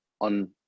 on